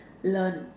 learn